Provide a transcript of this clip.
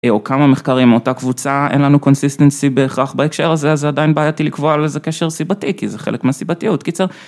או כמה מחקרים, מאותה קבוצה, אין לנו קונסיסטנסי בהכרח בהקשר הזה, אז עדיין בעייתי לקבוע על איזה קשר סיבתי, כי זה חלק מהסיבתיות, קיצר.